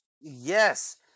Yes